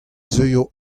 zeuio